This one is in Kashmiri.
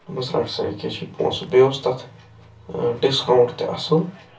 رٹھ سا یہِ کے چھی پونٛسہٕ بیٚیہِ اوس تتھ ڈِسکاوُنٛٹ تہِ اصٕل